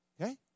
Okay